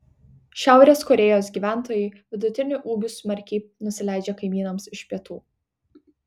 šiaurės korėjos gyventojai vidutiniu ūgiu smarkiai nusileidžia kaimynams iš pietų